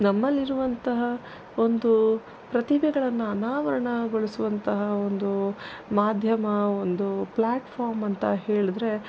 ನಮ್ಮಲ್ಲಿರುವಂತಹ ಒಂದು ಪ್ರತಿಭೆಗಳನ್ನು ಅನಾವರ್ಣಗೊಳಿಸುವಂತಹ ಒಂದು ಮಾಧ್ಯಮ ಒಂದು ಪ್ಲ್ಯಾಟ್ಫಾರ್ಮ್ ಅಂತ ಹೇಳಿದ್ರೆ